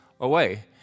away